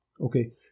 okay